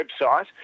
website